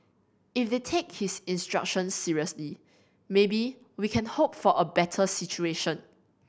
if they take his instructions seriously maybe we can hope for a better situation